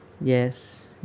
Yes